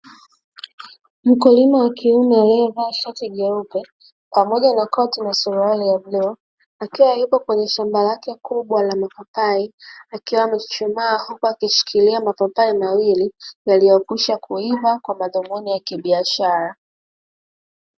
Mkulima wa kiume aliyevaa shati jeupe pamoja na koti na suruali ya bluu, akiwa yupo kwenye shamba lake kubwa la mapapai, akiwa amechuchumaa huku akishikilia mapapai mawili yaliyokwisha kuiva kwa madhumuni ya kibiashara.